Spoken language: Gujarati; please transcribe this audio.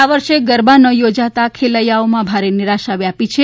આ વર્ષે ગરબા ન યોજાતા ખૈલેયામાં ભારે નિરાશા વ્યાપી છે